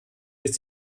ist